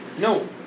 No